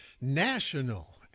National